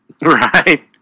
Right